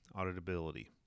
auditability